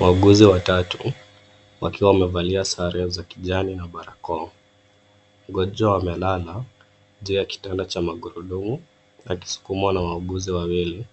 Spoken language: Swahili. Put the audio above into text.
Wauguzi watatu wakiwa wamevalia sare za kijani na barakoa. Mgonjwa amelala juu ya kitanda cha magurudumu akisukumwa na wauguzi wawili,